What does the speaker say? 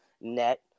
net